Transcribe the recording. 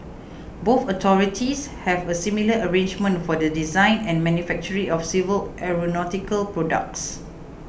both authorities have a similar arrangement for the design and manufacturing of civil aeronautical products